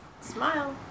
Smile